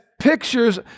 pictures